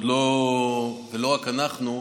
לא רק אנחנו,